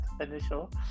initial